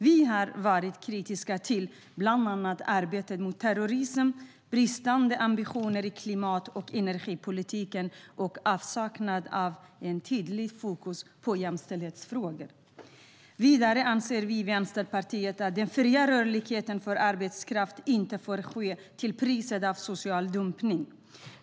Vi har varit kritiska mot bland annat arbetet mot terrorism, bristande ambitioner i klimat och energipolitiken och avsaknad av tydligt fokus på jämställdhetsfrågor. Vidare anser vi i Vänsterpartiet att den fria rörligheten för arbetskraft inte får ske till priset av social dumpning.